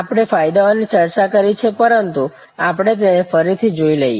આપણે ફાયદાઓની ચર્ચા કરી છે પરંતુ આપણે તેને ફરીથી જોઈ લઈએ